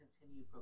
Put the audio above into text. continue